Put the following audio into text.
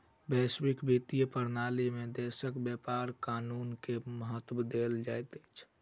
वैश्विक वित्तीय प्रणाली में देशक व्यापार कानून के महत्त्व देल जाइत अछि